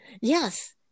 Yes